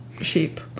sheep